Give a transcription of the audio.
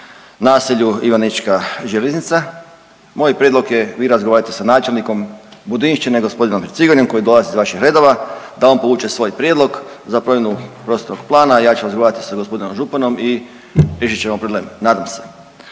naselju Ivanečka Željeznica. Moj prijedlog je vi razgovarajte sa načelnikom Budinšćine gospodinom Hercigonjom koji dolazi iz vaših redova da on povuče svoj prijedlog za promjenu prostornog plana, ja ću razgovarati sa gospodinom županom i riješit ćemo problem. Nadam se.